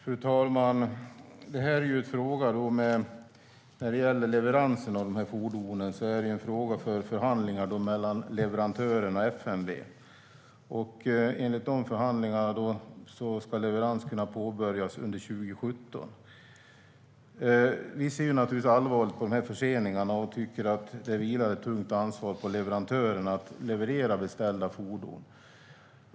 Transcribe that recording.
Fru talman! När det gäller leveransen av dessa fordon är det ju en fråga som är föremål för förhandlingar mellan leverantören och FMV. Enligt dessa förhandlingar ska leverans kunna påbörjas under 2017. Vi ser naturligtvis allvarligt på förseningarna och tycker att det vilar ett tungt ansvar på leverantören att leverera beställda fordon.